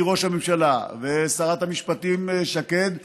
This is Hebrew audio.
מראש הממשלה ושרת המשפטים שקד והשר לוין,